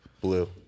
Blue